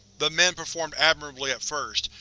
the men performed admirably at first,